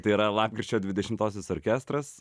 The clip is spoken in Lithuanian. tai yra lapkričio dvidešimtosios orkestras